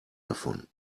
davon